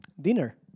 dinner